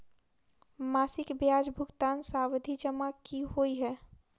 मासिक ब्याज भुगतान सावधि जमा की होइ है?